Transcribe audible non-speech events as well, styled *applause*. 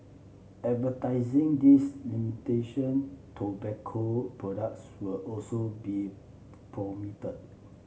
advertising these imitation tobacco products will also be *unintelligible*